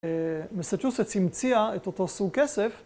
מסצ'וסטס המציאה את אותו סוג כסף.